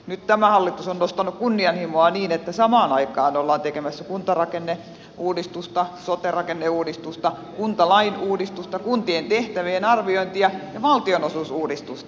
nyt tämä hallitus on nostanut kunnianhimoa niin että samaan aikaan ollaan tekemässä kuntarakenneuudistusta sote rakenneuudistusta kuntalain uudistusta kuntien tehtävien arviointia ja valtionosuusuudistusta